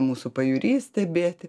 mūsų pajūry stebėti